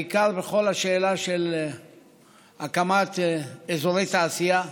בעיקר בכל השאלה של הקמת אזורי תעשייה,